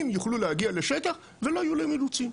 יוכלו להגיע לשטח ולא יהיו להם אילוצים,